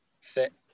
fit